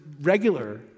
regular